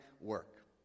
work